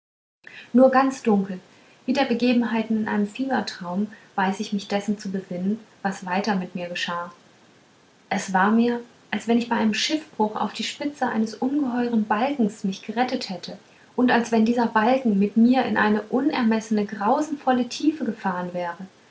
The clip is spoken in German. nur ganz dunkel wie der begebenheiten in einem fiebertraume weiß ich mich dessen zu besinnen was weiter mit mir geschah es war mir als wenn ich bei einem schiffbruch auf die spitze eines ungeheuren balkens mich gerettet hätte und als wenn dieser balken mit mir in eine unermeßne grausenvolle tiefe gefahren wäre